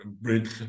bridge